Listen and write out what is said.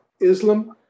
Islam